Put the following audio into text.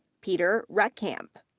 peter reckamp,